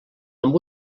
amb